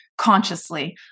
consciously